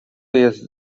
jest